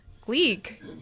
Gleek